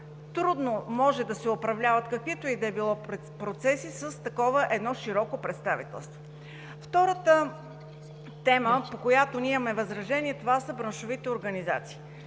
Трудно може да се управляват каквито и да било процеси с едно такова широко представителство. Втората тема, по която ние имаме възражения, е за браншовите организации.